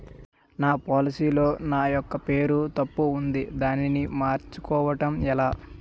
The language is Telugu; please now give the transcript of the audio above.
నా పోలసీ లో నా యెక్క పేరు తప్పు ఉంది దానిని మార్చు కోవటం ఎలా?